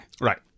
Right